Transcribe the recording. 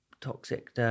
toxic